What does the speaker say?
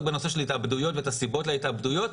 בנושא של התאבדויות ובסיבות להתאבדויות.